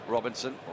Robinson